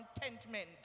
contentment